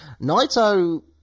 Naito